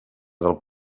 del